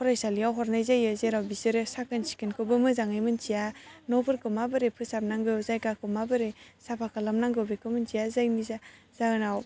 फरायसालियाव हरनाय जायो जेराव बिसोरो साखोन सिखोनखौबो मोजाङै मोनथिया न'फोरखौ माबोरै फोसाबनांगौ जायगाखौ माबोरै साफा खालामनांगौ बेखौ मोनथिया जायनि जाहोनाव